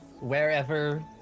wherever